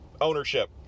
ownership